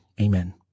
Amen